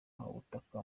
ubutaka